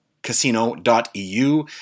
casino.eu